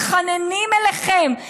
מתחננים אליכם,